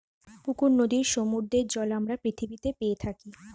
পুকুর, নদীর, সমুদ্রের জল আমরা পৃথিবীতে পেয়ে থাকি